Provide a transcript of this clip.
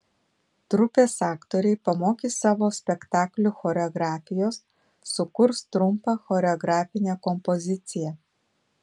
trupės aktoriai pamokys savo spektaklių choreografijos sukurs trumpą choreografinę kompoziciją